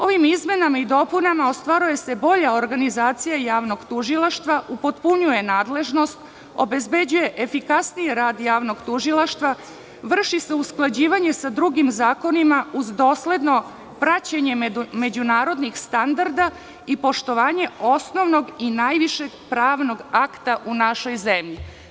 Ovim izmenama i dopunama ostvaruje se bolja organizacija javnog tužilaštva, upotpunjuje nadležnost, obezbeđuje efikasniji rad javnog tužilaštva, vrši se usklađivanje sa drugim zakonima, uz dosledno praćenje međunarodnih standarda i poštovanje osnovnog i najvišeg pravnog akta u našoj zemlji.